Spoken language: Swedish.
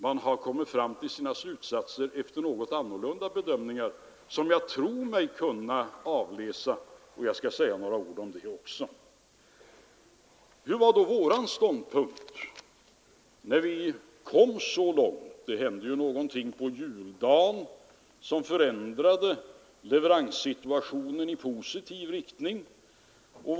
Man har kommit fram till sina slutsatser efter något annorlunda bedömningar, som jag tror mig kunna avläsa, och jag skall säga några ord om det också. Vilken var då vår ståndpunkt när vi kom så långt? Det hände ju någonting på juldagen som förändrade leveranssituationen i positiv riktning.